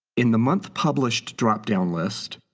in the month published drop down list,